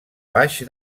baix